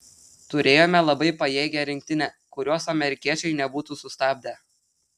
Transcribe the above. turėjome labai pajėgią rinktinę kurios amerikiečiai nebūtų sustabdę